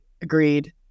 agreed